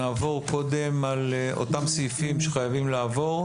נעבור קודם על אותם סעיפים שחייבים לעבור.